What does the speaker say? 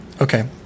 Okay